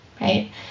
Right